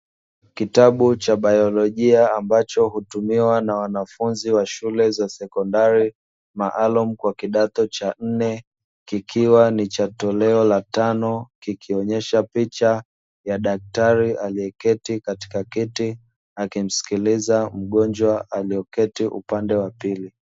Kitabu cha baiolojia ambacho hutumiwa na wanafunzi wa shule za sekondari maalumu kwa kidato cha nne, kikiwa ni cha toleo la tano, kikionyesha picha ya daktari aliyeketi katika kiti, akimsikiliza mgonjwa aliyeketi upande wa pili.